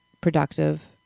productive